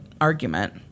argument